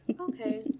okay